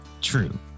True